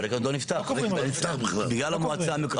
הבעיה של קבורת השדה היא בעיה שחוצה מגזרים,